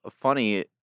funny